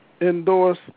endorse